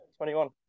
21